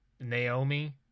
Naomi